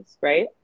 right